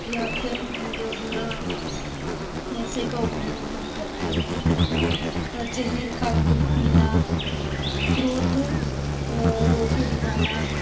या अत्यंत प्रिय होना ऐसे का उपयोग हम करते हैं ज़हर का घूँट पीना क्रोध रोक कर दिखाना